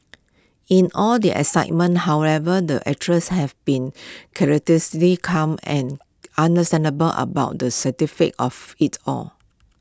in all the excitement however the actress has been calm and understandable about the of IT all